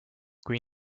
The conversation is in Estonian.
kui